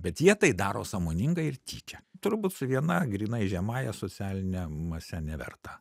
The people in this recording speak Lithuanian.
bet jie tai daro sąmoningai ir tyčia turbūt su viena grynai žemąja socialine mase neverta